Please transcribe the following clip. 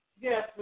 yes